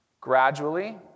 gradually